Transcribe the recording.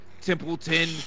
Templeton